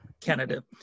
Canada